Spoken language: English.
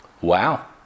Wow